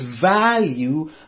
value